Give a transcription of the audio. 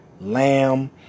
Lamb